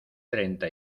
treinta